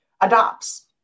adopts